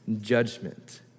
judgment